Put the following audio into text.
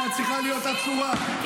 אתה עבריין סדרתי.